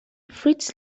fritz